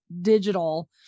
digital